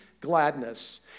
gladness